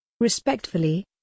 Respectfully